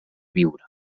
viure